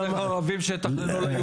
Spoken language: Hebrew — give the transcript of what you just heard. לכן צריך ערבים שיתכננו ליהודים.